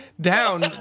down